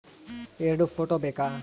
ಎರಡು ಫೋಟೋ ಬೇಕಾ?